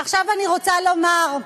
עכשיו אני רוצה לומר,